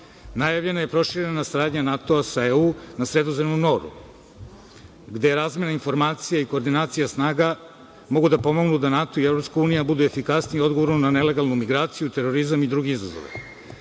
Najavljena je i proširena saradnja NATO sa EU na Sredozemnom moru gde je razmena informacija i koordinacija snaga mogu da pomognu da NATO i EU budu efikasniji u odgovoru na nelegalnu migraciju, terorizam i druge izazove.